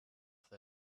for